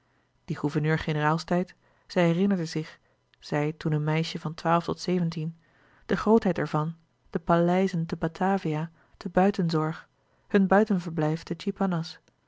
die gouverneur generaalstijd zij herinnerde zich zij toen een meisje van twaalf tot zeventien de grootheid ervan de paleizen te batavia te buitenzorg hun buitenverblijf te tjipanas